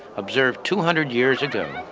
observed two hundred years ago.